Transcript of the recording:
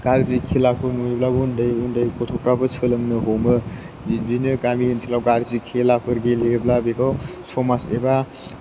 गाज्रि खेलाखौ नुयोब्ला उन्दै उन्दै गथ'फ्राबो सोलोंनो हमो बिदिनो गामि ओनसोलाव गाज्रि खेलाफोर गेलेयोब्ला बेखौ समाज एबा